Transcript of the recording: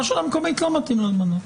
לרשות המקומית לא מתאים למנות.